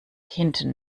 hinten